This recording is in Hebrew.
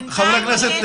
האמת היא שמה